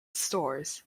stores